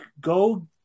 go